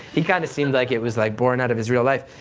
he kind of seemed like it was like born out of his real life.